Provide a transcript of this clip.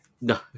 No